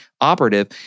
operative